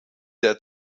der